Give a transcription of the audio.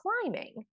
climbing